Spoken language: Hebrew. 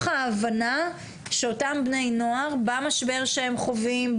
ההבנה שאותם בני נוער במשבר שהם חווים,